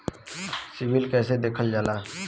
CIBIL कैसे देखल जाला?